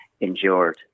endured